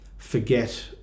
forget